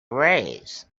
raise